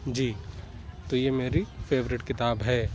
جی تو یہ میری فیوریٹ کتاب ہے